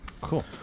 Cool